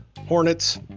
Hornets